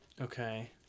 Okay